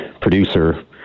producer